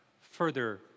further